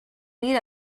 meet